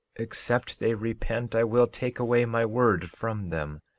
except they repent i will take away my word from them,